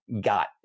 got